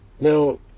now